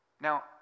Now